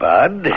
Bud